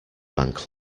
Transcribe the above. bank